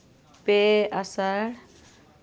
ᱯᱮ ᱟᱥᱟᱲ